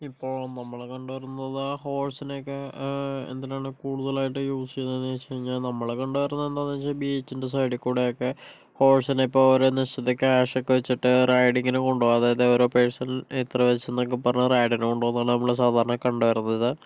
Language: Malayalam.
ഇപ്പോൾ നമ്മള് കണ്ട് വരുന്നത് ഹോഴ്സിനെക്കെ എന്തിനാണ് കൂടുതലായിട്ട് യൂസ് ചെയ്യണേന്ന് ചോദിച്ച് കഴിഞ്ഞാൽ നമ്മള് കണ്ട് വരുന്നത് എന്താന്ന് വച്ച് കഴിഞ്ഞാൽ ബീച്ചിൻ്റെ സൈഡികൂടെക്കെ ഹോഴ്സിനെ ഇപ്പോൾ ഓരോ ദിവസത്തെ ക്യാഷൊക്കെ വച്ചിട്ട് റൈഡിങിന് കൊണ്ട് പോവുക അതായത് ഒരു പേഴ്സൺ എത്ര വച്ചെന്നൊക്കെ പറഞ്ഞ് റൈഡിന് കൊണ്ട് പോകുന്നതല്ലേ നമ്മള് സാധാരണ കണ്ട് വരുന്നത്